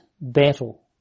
battle